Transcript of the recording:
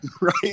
right